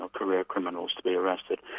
career criminals, to be arrested.